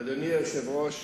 אדוני היושב-ראש,